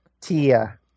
Tia